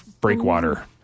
Breakwater